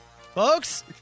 folks